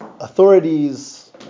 authorities